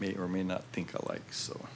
may or may not think alike so